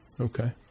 Okay